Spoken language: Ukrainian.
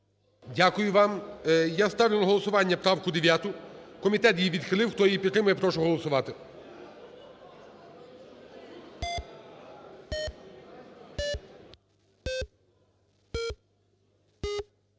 Дякую вам. Я ставлю на голосування правку 9, комітет її відхилив, хто її підтримує, прошу голосувати.